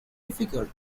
difficult